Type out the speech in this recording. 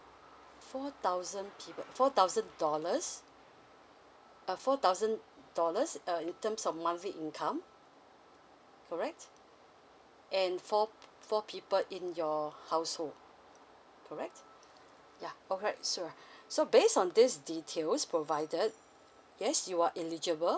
four thousand people four thousand dollars uh four thousand dollars uh in terms of monthly income correct and four four people in your household correct yeah alright sure so based on this details provided yes you are eligible